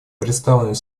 представленный